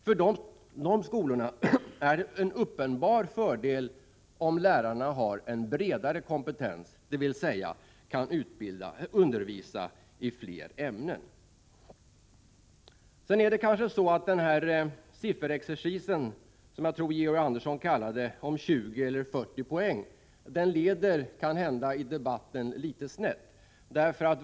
För dessa skolor är det en uppenbar fördel om lärarna har en bredare kompetens, dvs. att de kan undervisa i fler ämnen. Sifferexercisen, som jag tror att Georg Andersson kallade det för, när det gäller frågan om 20 eller 40 poäng kanske leder debatten litet snett.